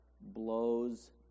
blows